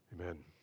Amen